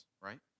right